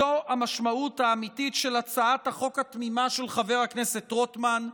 זו המשמעות האמיתית של הצעת החוק התמימה של חבר הכנסת רוטמן.